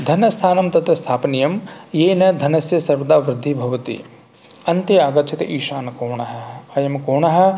धनस्थानं तत्र स्थापनीयं येन धनस्य सर्वदा वृद्धिः भवति अन्ते आगच्छति ईशानकोणः अयं कोणः